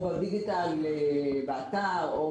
או בדיגיטל באתר או